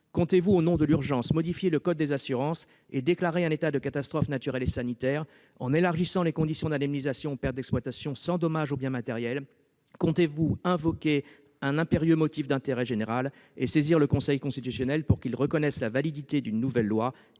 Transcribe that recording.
modifier, au nom de l'urgence, le code des assurances et déclarer un état de catastrophe naturelle et sanitaire, en élargissant l'indemnisation aux pertes d'exploitation sans dommage aux biens matériels ? Comptez-vous invoquer un motif d'intérêt général impérieux et saisir le Conseil constitutionnel pour qu'il reconnaisse la validité d'une loi